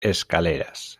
escaleras